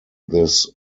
this